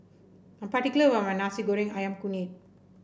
I'm particular about my Nasi Goreng ayam kunyit